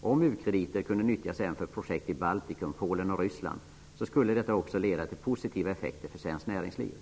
Om ukrediter kunde nyttjas även för projekt i Baltikum, Polen och Ryssland skulle detta också leda till positiva effekter för svenskt näringsliv.